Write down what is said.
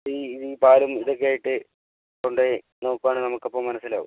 ഈ പാലും ഇതൊക്കെയായിട്ട് കൊണ്ടുപോയി നോക്കുവാണെങ്കിൽ നമുക്കപ്പം മനസ്സിലാകും